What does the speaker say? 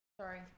Sorry